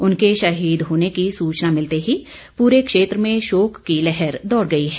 उनके शहीद होने की सूचना मिलते ही पूरे क्षेत्र में शोक की लहर दौड़ गई है